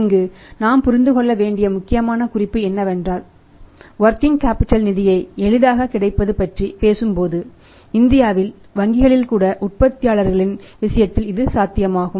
இங்கு நாம் புரிந்துகொள்ள வேண்டிய முக்கியமான குறிப்பு என்னவென்றால் வொர்க்கிங் கேபிட்டல் நிதியை எளிதாக கிடைப்பது பற்றி பேசும்போது இந்தியாவில் வங்கிகளில் கூட உற்பத்தியாளர்களின் விஷயத்தில் இது சாத்தியமாகும்